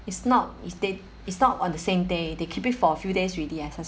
it's not it's they it's not on the same day they keep it for a few days already I